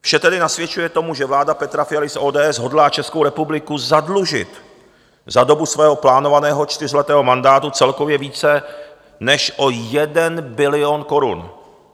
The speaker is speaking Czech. Vše tedy nasvědčuje tomu, že vláda Petra Fialy z ODS hodlá Českou republiku zadlužit za dobu svého plánovaného čtyřletého mandátu celkově více než o 1 bilion korun.